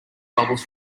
bubbles